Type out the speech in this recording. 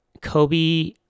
Kobe